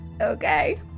Okay